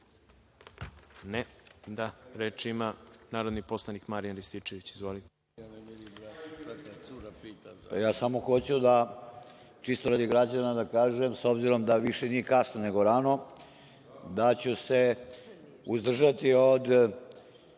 reč? (Da.)Reč ima narodni poslanik Marijan Rističević. Izvolite. **Marijan Rističević** Samo hoću da, čisto radi građana da kažem, s obzirom da više nije kasno, nego rano, da ću se uzdržati od